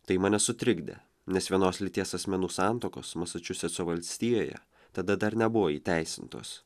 tai mane sutrikdė nes vienos lyties asmenų santuokos masačusetso valstijoje tada dar nebuvo įteisintos